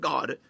God